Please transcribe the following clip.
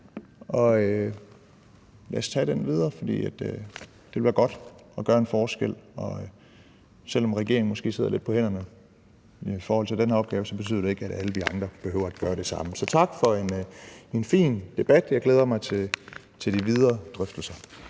lad os tage den videre, for det ville være godt at gøre en forskel. Selv om regeringen måske sidder lidt på hænderne i forhold til den her opgave, betyder det ikke, at alle vi andre behøver at gøre det samme. Så tak for en fin debat – jeg glæder mig til de videre drøftelser.